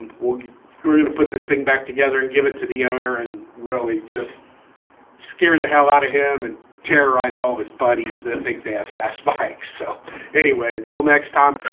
we're gonna gonna put this thing back together and give it to the owner. and really, just scare the hell out of him and terrorize all his buddies that think they have fast bikes. so anyway, until next time.